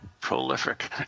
Prolific